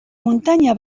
muntanya